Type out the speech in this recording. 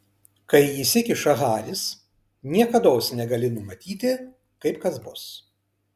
kai įsikiša haris niekados negali numatyti kaip kas bus